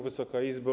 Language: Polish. Wysoka Izbo!